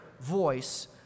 voice